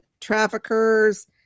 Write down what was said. traffickers